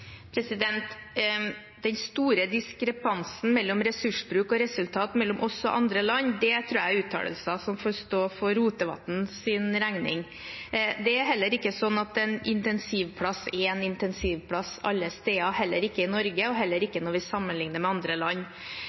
den store diskrepansen mellom ressursbruk og resultater mellom oss og andre land tror jeg er uttalelser som får stå for Rotevatns regning. Det er heller ikke slik at en intensivplass er en intensivplass alle steder, heller ikke i Norge og heller ikke når vi sammenlikner oss med andre land.